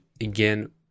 again